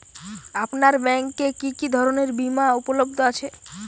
আপনার ব্যাঙ্ক এ কি কি ধরনের বিমা উপলব্ধ আছে?